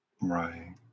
Right